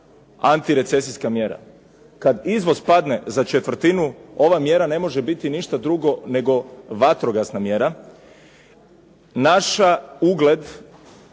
antirecesijska mjera. Kada izvoz padne za četvrtinu ova mjera ne može biti ništa drugo nego vatrogasna mjera. Naš ugled,